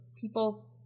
people